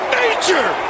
nature